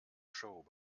show